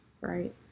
right